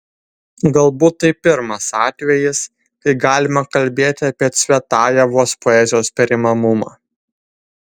galbūt tai pirmas atvejis kai galima kalbėti apie cvetajevos poezijos perimamumą